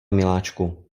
miláčku